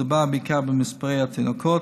מדובר בעיקר במספר התינוקות.